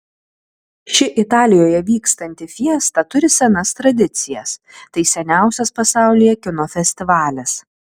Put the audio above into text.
ši italijoje vykstanti fiesta turi senas tradicijas tai seniausias pasaulyje kino festivalis